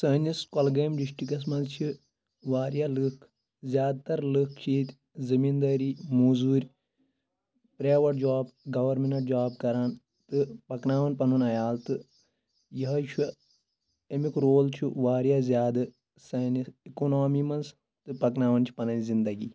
سٲنِس کۄلگٲمۍ ڈِسٹرکَس منٛز چھِ واریاہ لُکھ زیادٕ تر لُکھ چھِ ییٚتہِ زٔمیٖن دٲری موٚزوٗرۍ پرٛیویٹ جاب گورمیٚنَٹ جاب کَران تہٕ پَکناوان پَنُن عیال تہٕ یِہے چھُ اَمیُک رول چھُ واریاہ زیادٕ سٲنِس اِکونامی منٛز تہٕ پکناوان چھِ پَنٕنۍ زنٛدگی